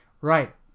Right